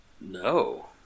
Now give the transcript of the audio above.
No